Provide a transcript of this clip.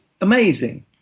amazing